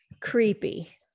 creepy